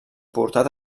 portat